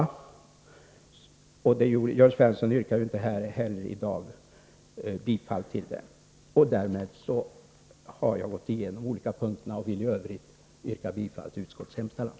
Jörn Svensson yrkade här i dag inte bifall till denna reservation. Därmed har jag gått igenom de olika punkterna och vill yrka bifall till utskottets hemställan.